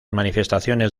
manifestaciones